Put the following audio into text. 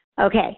Okay